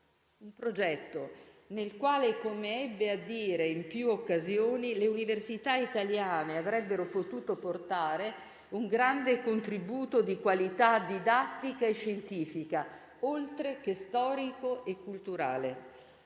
un progetto, nel quale - come ebbe a dire in più occasioni - le università italiane avrebbero potuto portare un grande contributo di qualità didattica e scientifica, oltre che storico e culturale.